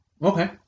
Okay